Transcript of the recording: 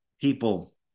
people